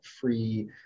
free